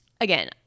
Again